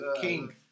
King